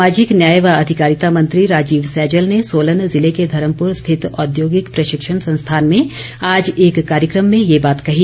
सामाजिक न्याय व अधिकारिता मंत्री राजीव सैजल ने सोलन जिले के धर्मपुर स्थित औद्योगिक प्रशिक्षण संस्थान में आज एक कार्यक्रम में ये बात कही